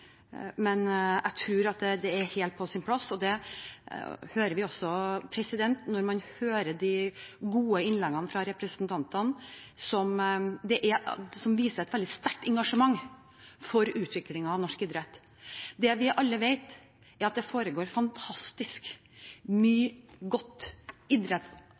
men jeg tror at det er helt på sin plass, og det hører vi også på de gode innleggene fra representantene, som viser et veldig sterkt engasjement for utviklingen av norsk idrett. Det vi alle vet, er at det foregår fantastisk